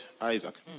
Isaac